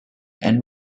and